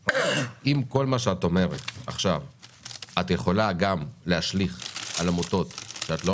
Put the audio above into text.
אם כל מה שאתה אומרת עכשיו את יכולה גם להשליך על עמותות שאת לא